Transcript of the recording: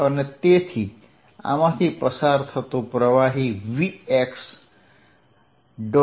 અને તેથી આમાંથી પસાર થતું પ્રવાહી vx